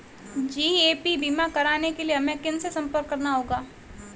GAP बीमा कराने के लिए हमें किनसे संपर्क करना होगा?